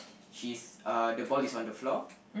she is uh the ball is on the floor